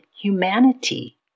humanity